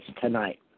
tonight